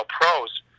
pros